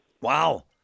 Wow